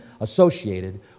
associated